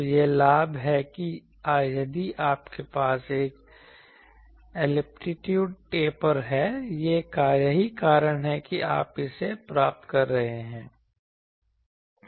तो यह लाभ है कि यदि आपके पास एक एंप्लीट्यूड टेपर है यही कारण है कि आप इसे प्राप्त कर रहे हैं